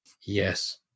Yes